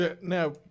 Now